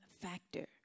factor